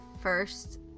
first